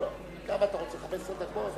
כמה אתה רוצה, 15 דקות?